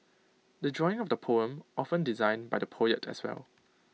the drawing of the poem often designed by the poet as well